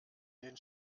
den